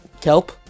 Kelp